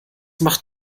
macht